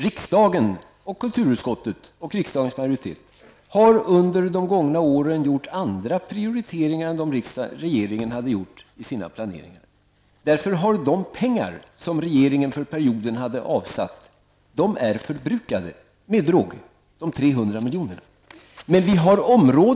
Riksdagens majoritet och kulturutskottet har under de gångna åren gjort andra prioriteringar än dem som regeringen hade gjort i sina planeringar, och de pengar som regeringen hade avsatt för perioden -- de 300 miljonerna -- är därför med råge förbrukade.